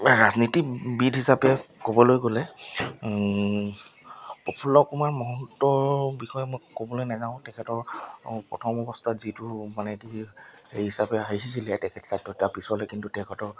ৰাজনীতিবিদ হিচাপে ক'বলৈ গ'লে প্ৰফুল্ল কুমাৰ মহন্ত বিষয়ে মই ক'বলৈ নাযাওঁ তেখেতৰ প্ৰথম অৱস্থাত যিটো মানে কি হেৰি হিচাপে আহিছিলে তেখেত চাইডত তাৰপিছলৈ কিন্তু তেখেতৰ